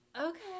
okay